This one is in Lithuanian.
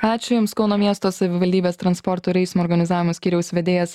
ačiū jums kauno miesto savivaldybės transporto ir eismo organizavimo skyriaus vedėjas